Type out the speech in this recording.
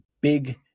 big